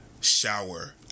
shower